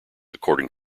according